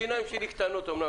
השיניים שלי קטנות אומנם,